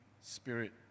spirit